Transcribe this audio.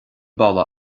balla